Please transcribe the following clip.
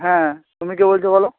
হ্যাঁ তুমি কে বলছো বলো